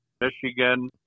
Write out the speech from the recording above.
Michigan